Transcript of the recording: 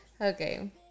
Okay